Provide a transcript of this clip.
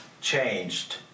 changed